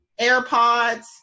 AirPods